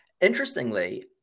interestingly